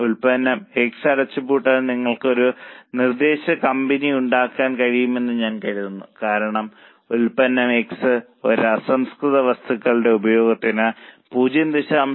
ഉൽപ്പന്നം X അടച്ചുപൂട്ടാൻ നിങ്ങൾക്ക് ഒരു നിർദ്ദേശ കമ്പനി ഉണ്ടാക്കാൻ കഴിയുമെന്ന് ഞാൻ കരുതുന്നു കാരണം ഉൽപ്പന്നം X ഒരു അസംസ്കൃത വസ്തുക്കളുടെ ഉപഭോഗത്തിന് 0